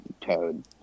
toad